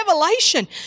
revelation